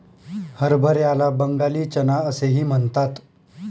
हरभऱ्याला बंगाली चना असेही म्हणतात